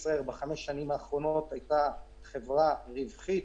ישראייר בחמש שנים האחרונות היתה חברה רווחית,